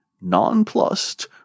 nonplussed